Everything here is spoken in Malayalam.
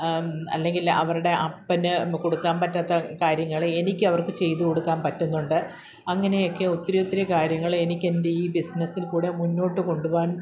അല്ലെങ്കിൽ അവരുടെ അപ്പന് ഇപ്പോൾ കൊടുക്കാൻ പറ്റാത്ത കാര്യങ്ങൾ എനിക്ക് അവർക്ക് ചെയ്തു കൊടുക്കാൻ പറ്റുന്നുണ്ട് അങ്ങനെയൊക്കെ ഒത്തിരി ഒത്തിരി കാര്യങ്ങൾ എനിക്ക് എൻ്റെ ഈ ബിസിനസ്സിൽക്കൂടി മുന്നോട്ട് കൊണ്ടുപോവാൻ